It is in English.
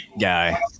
guy